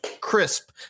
crisp